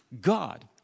God